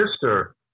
sister